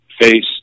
face